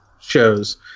shows